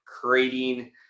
creating